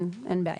אין בעיה.